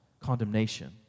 condemnation